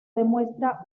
demuestra